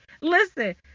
Listen